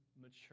mature